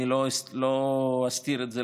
אני לא אסתיר את זה,